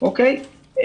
זאת אומרת,